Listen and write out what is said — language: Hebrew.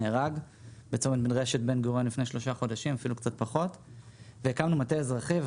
נהרג בצומת מדרשת בן גוריון לפני קצת פחות משלושה חודשים.